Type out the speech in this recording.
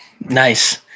Nice